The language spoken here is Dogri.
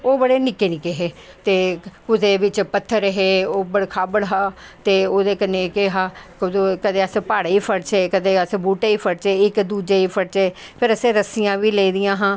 ओह् बड़े निक्क निक्के हे ते कुदे बिच्च पत्थर हे ओबड़ खाबड़ हा ते ओह्दे कन्नैं कोेह् हा कदैं अस प्हाड़ें गी फड़चै कदैं अस बूह्टें गी फड़चै इक दूजे गी फड़चै फिर अस रस्सियां बी लेदियां हां